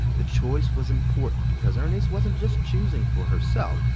the choice was important because ernise wasn't just choosing for herself.